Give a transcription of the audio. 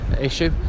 issue